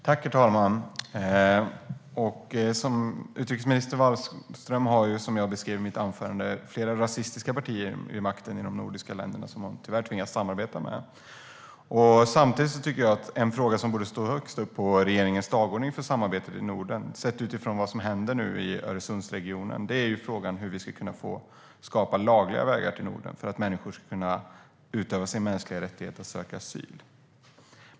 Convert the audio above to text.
Herr talman! Jag beskrev i mitt anförande att utrikesminister Wallström tyvärr tvingas samarbeta med flera rasistiska partier som sitter med vid makten i de nordiska länderna. Samtidigt finns en fråga som borde stå högst upp på regeringens dagordning för samarbetet i Norden sett utifrån vad som hände i Öresundsregionen, nämligen frågan hur det ska skapas lagliga vägar till Norden för att människor ska kunna utöva sin mänskliga rättighet att söka asyl.